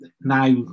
now